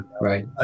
right